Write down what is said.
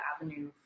avenue